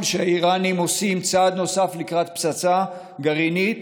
שהאיראנים עושים צעד נוסף לקראת פצצה גרעינית,